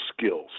skills